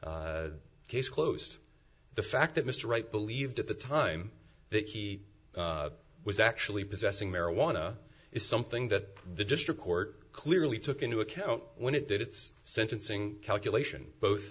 case closed the fact that mr wright believed at the time that he was actually possessing marijuana is something that the district court clearly took into account when it did its sentencing calculation both